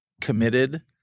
committed